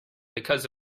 because